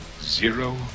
Zero